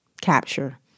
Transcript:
capture